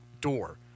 door